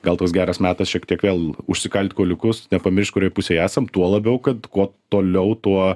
gal toks geras metas šiek tiek gal užsikalt kuoliukus nepamiršt kurioj pusėj esam tuo labiau kad kuo toliau tuo